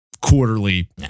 quarterly